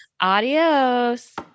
adios